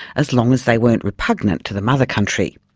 as long as they weren't repugnant to the mother country.